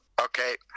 okay